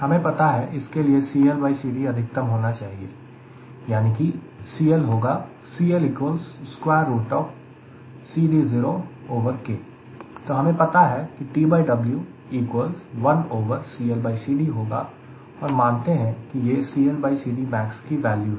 हमें पता है कि इसके लिए CLCD अधिकतम होना चाहिए यानी कि CL होगा तो हमें पता है कि TW 1CLCD होगा और मानते हैं कि यह CLCD max की वैल्यू है